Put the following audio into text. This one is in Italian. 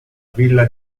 villa